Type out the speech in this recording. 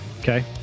Okay